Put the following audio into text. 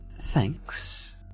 thanks